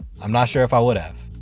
i'm not sure if i would have